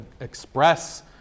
express